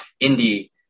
indie